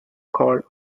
called